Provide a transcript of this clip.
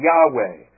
Yahweh